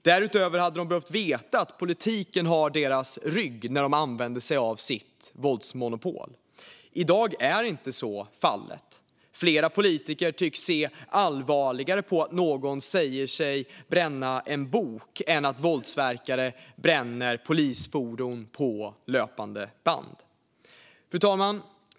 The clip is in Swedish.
Därutöver hade de behövt veta att politiken har deras rygg när de använder sig av sitt våldsmonopol. I dag är så inte fallet. Flera politiker tycks se allvarligare på att någon säger att han ska bränna en bok än att våldsverkare bränner polisfordon på löpande band. Fru talman!